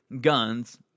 guns